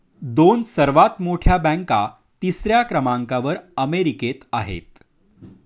दोन सर्वात मोठ्या बँका तिसऱ्या क्रमांकावर अमेरिकेत आहेत